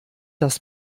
das